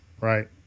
right